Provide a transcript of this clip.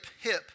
hip